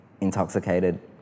intoxicated